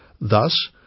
Thus